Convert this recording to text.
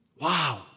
Wow